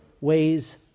ways